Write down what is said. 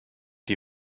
die